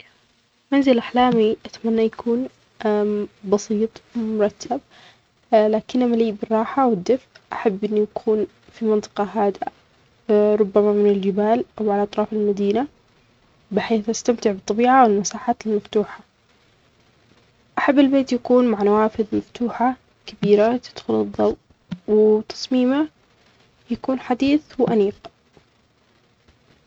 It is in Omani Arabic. منزل أحلامي أتمنى يكون بسيط ومرتب لكنه مليء بالراحة والدفء. أحب أنه يكون في المنطقة هادئة ربما من الجبال أو على أطرف المدينة بحيث استمتع بالطبيعة والمساحات المفتوحة. أحب البيت يكون مع نوافذ مفتوحة كبيرة تدخلوا الضوء وتصميمه يكون حديث وأنيق.